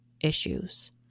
issues